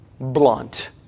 blunt